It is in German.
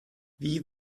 wie